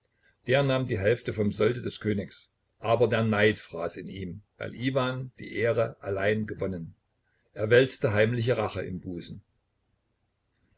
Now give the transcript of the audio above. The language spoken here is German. der nahm die hälfte vom solde des königs aber der neid fraß in ihm weil iwan die ehre allein gewonnen er wälzte heimliche rache im busen